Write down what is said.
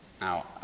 Now